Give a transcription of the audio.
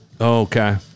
Okay